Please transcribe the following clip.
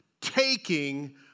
Taking